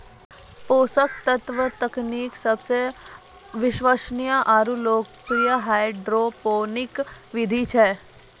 पोषक तत्व तकनीक सबसे विश्वसनीय आरु लोकप्रिय हाइड्रोपोनिक विधि छै